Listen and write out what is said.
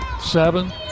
seven